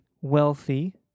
wealthy